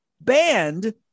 banned